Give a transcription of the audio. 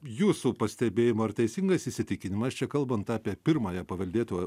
jūsų pastebėjimu ar teisingas įsitikinimas čia kalbant apie pirmąją paveldėtojo